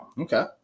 Okay